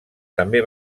també